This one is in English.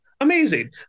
Amazing